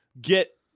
get